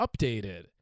updated